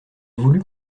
voulut